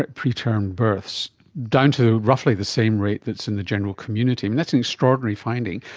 preterm births down to roughly the same rate that's in the general community, and that's an extraordinary finding.